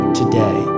today